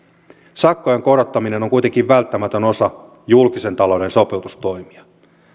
sakkojen korottaminen on kuitenkin välttämätön osa julkisen talouden sopeutustoimia